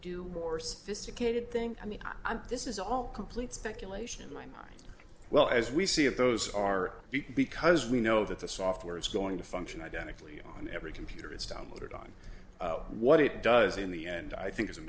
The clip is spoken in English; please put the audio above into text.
do more specific a good thing i mean i'm this is all complete speculation in my mind well as we see it those are big because we know that the software is going to function identically on every computer it's downloaded on what it does in the end i think is a